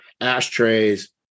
ashtrays